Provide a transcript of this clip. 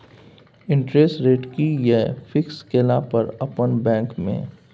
Interest rate कि ये fix केला पर अपन बैंक में?